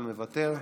הוא כאן אבל מוותר.